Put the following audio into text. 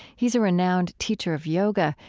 he's a renowned teacher of yoga.